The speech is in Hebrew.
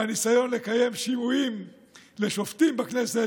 מהניסיון לקיים שימועים לשופטים בכנסת,